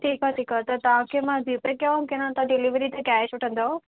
ठीकु आहे ठीकु आहे त तव्हांखे मां जीपे कयांव की न तव्हां डिलीवरी ते कैश वठंदव